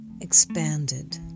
expanded